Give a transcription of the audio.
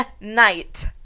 night